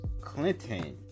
Clinton